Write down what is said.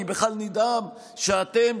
שאני בכלל נדהם שאתם,